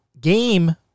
game